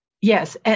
Yes